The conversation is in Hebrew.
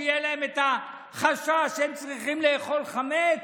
שיהיה להם את החשש שהם צריכים לאכול חמץ?